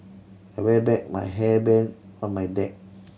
I wear back my hairband on my neck